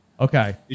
Okay